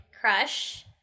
Crush